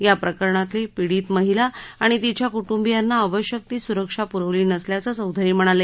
या प्रकरणातली पीडीत महिला आणि तिच्या कु ब्रियांना आवश्यक ती सुरक्षा पुरवली नसल्याचं चौधरी म्हणाले